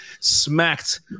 Smacked